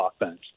offense